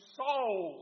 soul